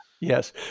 Yes